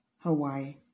Hawaii